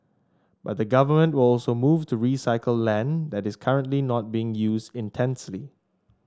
but the government will also move to recycle land that is currently not being used intensely